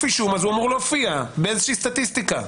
אישום אז הוא אמור להופיע באיזו שהיא סטטיסטיקה,